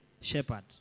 shepherd